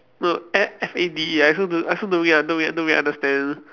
no F F A D I also don't I also don't really don't really understand